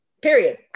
period